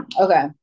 okay